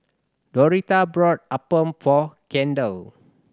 Doretha bought appam for Kendell